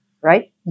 right